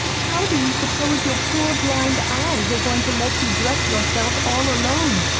how do you suppose your poor blind eyes are going to let you dress yourself all alone,